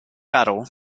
battle